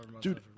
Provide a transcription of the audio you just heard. Dude